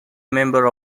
member